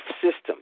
system